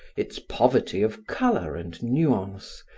its poverty of color and nuance,